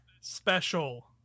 special